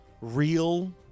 real